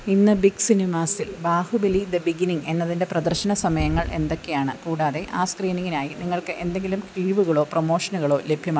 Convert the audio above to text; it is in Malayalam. ഇന്ന് ബിഗ് സിനിമാസിൽ ബാഹുബലി ദി ബിഗിനിങ് എന്നതിൻ്റെ പ്രദർശന സമയങ്ങൾ ഏതൊക്കെയാണ് കൂടാതെ ആ സ്ക്രീനിംഗിനായി നിങ്ങൾക്ക് എന്തെങ്കിലും കിഴിവുകളോ പ്രമോഷനുകളോ ലഭ്യമാണോ